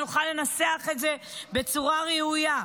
נוכל לנסח את זה בצורה ראויה.